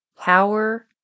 Power